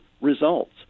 results